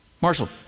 Marshall